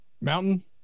Mountain